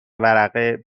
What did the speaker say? ورقه